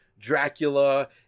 dracula